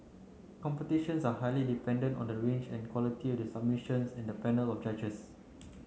competitions are highly dependent on the range and quality of the submissions and the panel of judges